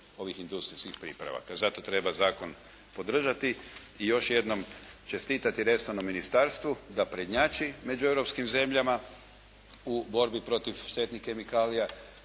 ovih industrijskih pripravaka, zato treba zakon podržati i još jednom čestitati resornom ministarstvu da prednjači među europskim zemljama u borbi protiv štetnih kemikalija,